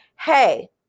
hey